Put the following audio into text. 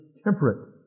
Temperate